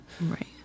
Right